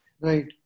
right